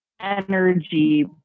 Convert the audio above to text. energy